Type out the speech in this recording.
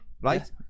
right